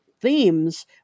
themes